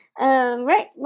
Right